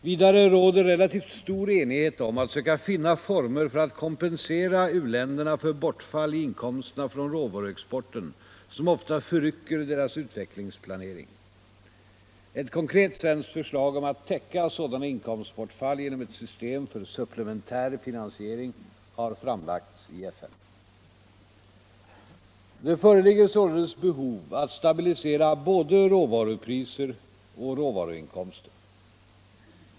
Vidare råder relativt stor enighet om att söka finna former för att kompensera u-länderna för bortfall i inkomsterna från råvaruexporten som ofta förrycker deras utvecklingsplanering. Ett konkret svenskt förslag om att täcka sådana inkomstbortfall genom ett system för supplementär finansiering har framlagts i FN. Det föreligger således behov av att stabilisera både råvarupriser och råvaruinkomster.